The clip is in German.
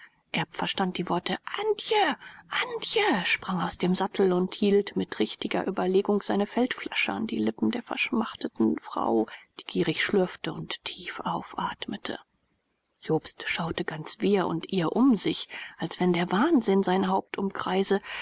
erb verstand die worte antje antje sprang aus dem sattel und hielt mit richtiger überlegung seine feldflasche an die lippen der verschmachteten frau die gierig schlürfte und tief aufatmete jobst schaute ganz wirr und irr um sich als wenn der wahnsinn sein